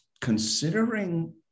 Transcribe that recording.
considering